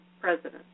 president